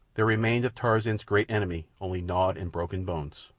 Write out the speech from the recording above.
there remained of tarzan's great enemy only gnawed and broken bones.